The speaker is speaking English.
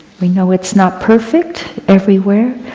we know it's not perfect everywhere,